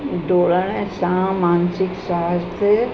डोड़ण सां मानसिक स्वास्थ्य